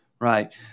right